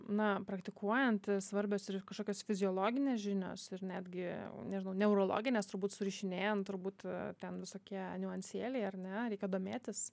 na praktikuojant svarbios ir kažkokios fiziologinės žinios ir netgi nežinau neurologinės turbūt surišinėjant turbūt ten visokie niuansėliai ar ne reikia domėtis